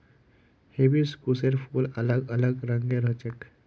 हिबिस्कुसेर फूल अलग अलग रंगेर ह छेक